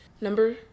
Number